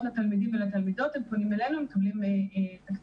לתלמידים ולתלמידות פונים אלינו והם מקבלים תקציבים,